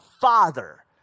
Father